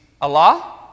Allah